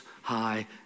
high